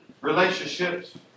relationships